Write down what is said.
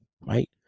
right